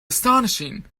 astonishing